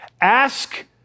Ask